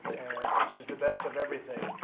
and this is the best of everything.